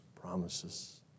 promises